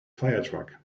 firetruck